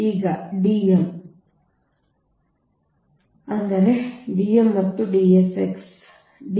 ಈಗ ಈ D m ಅದು ನಿಮ್ಮದು ಈ D m ಅಂದರೆ D m ಮತ್ತು D s x